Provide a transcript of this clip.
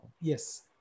Yes